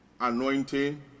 anointing